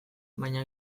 baina